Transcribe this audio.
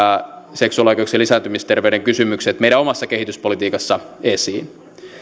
seksuaalioikeuksien lisääntymisterveyden kysymykset meidän omassa kehityspolitiikassamme esiin